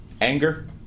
Anger